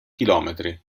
chilometri